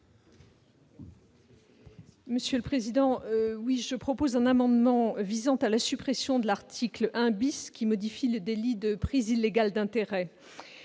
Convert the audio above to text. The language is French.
Mme la garde des sceaux. Je propose un amendement visant à la suppression de l'article 1 qui modifie le délit de prise illégale d'intérêts.